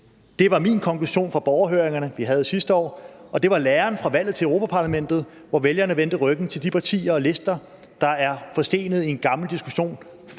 Det var min konklusion fra borgerhøringerne, vi havde sidste år, og det var læren fra valget til Europa-Parlamentet, hvor vælgerne vendte ryggen til de partier og lister, der er forstenet i en gammel diskussion